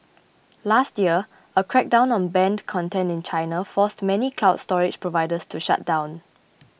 last year a crackdown on banned content in China forced many cloud storage providers to shut down